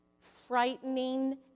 frightening